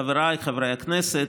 חבריי חברי הכנסת,